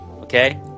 Okay